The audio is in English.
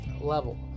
level